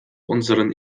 unseren